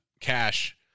cash